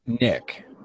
Nick